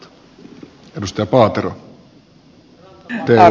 arvoisa puhemies